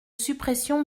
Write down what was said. suppression